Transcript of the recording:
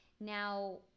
now